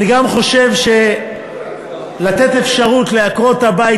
אני גם חושב שלתת אפשרות לעקרות-הבית